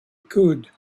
could